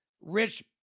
Rich